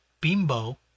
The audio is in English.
bimbo